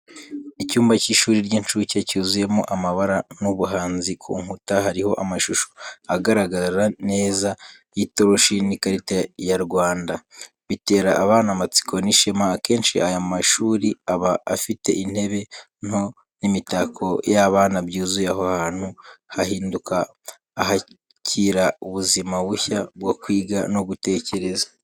Icyumba cy'ishuri ry'incuke, cyuzuyemo amabara n'ubuhanzi. Ku rukuta hariho amashusho agaragara neza y’itoroshi n'ikarita ya Rwanda, bitera abana amatsiko n'ishema. Akenshi aya mashuri aba afite intebe nto n’imitako y’abana byuzuye aho hantu, hahinduka ahakira ubuzima bushya bwo kwiga no gutekereza.